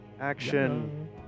Action